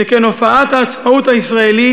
שכן הופעת העצמאות הישראלית